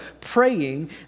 praying